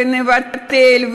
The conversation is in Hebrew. ונבטל,